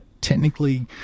technically